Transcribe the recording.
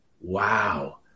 Wow